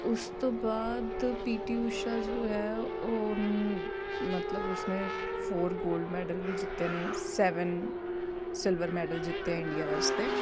ਉਸ ਤੋਂ ਬਾਅਦ ਪੀ ਟੀ ਊਸ਼ਾ ਜੋ ਹੈ ਉਹ ਮਤਲਬ ਉਸਨੇ ਫੋਰ ਗੋਲਡ ਮੈਡਲ ਵੀ ਜਿੱਤੇ ਨੇ ਸੈਵਨ ਸਿਲਵਰ ਮੈਡਲ ਜਿੱਤੇ ਆ ਇੰਡੀਆ ਵਾਸਤੇ